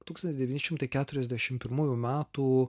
tūkstantis devyni šimtai keturiasdešimt pirmųjų metų